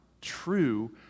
true